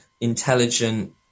intelligent